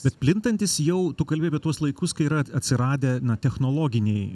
bet plintantis jau tu kalbi apie tuos laikus kai yra atsiradę na technologiniai